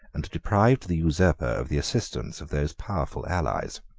and deprived the usurper of the assistance of those powerful allies.